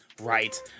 right